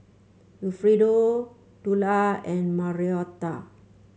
Wilfredo Tula and Marietta